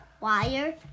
wire